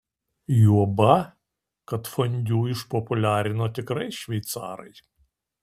juoba kad fondiu išpopuliarino tikrai šveicarai